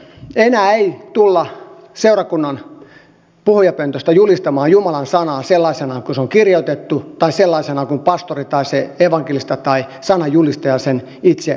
enää ei tulla seurakunnan puhujapöntöstä julistamaan jumalan sanaa sellaisena kuin se kirjoitettu tai sellaisena kuin pastori tai evankelista tai sananjulistaja sen itse uskoo